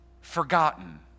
forgotten